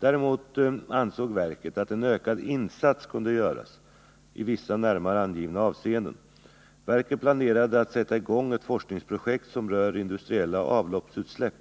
Däremot ansåg verket att en ökad insats kunde göras i vissa närmare angivna avseenden. Verket planerade att sätta i gång ett forskningsprojekt som rör industriella avloppsutsläpp.